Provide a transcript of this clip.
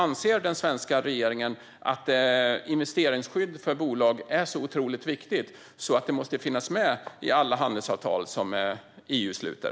Anser den svenska regeringen att investeringsskydd för bolag är så otroligt viktigt att det måste finnas med i alla handelsavtal som EU sluter?